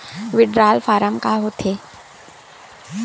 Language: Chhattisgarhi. विड्राल फारम का होथे?